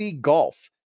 Golf